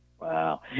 Wow